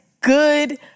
good